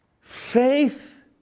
faith